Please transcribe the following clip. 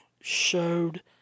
showed